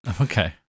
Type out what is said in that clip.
Okay